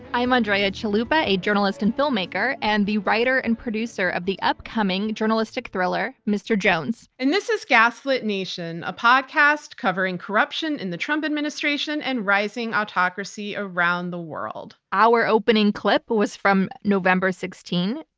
i'm andrea chalupa, a journalist and filmmaker, and the writer and producer of the upcoming journalistic thriller, mr. jones. and this is gaslit nation, a podcast covering corruption in the trump administration and rising autocracy around the world. our opening clip was from november sixteen,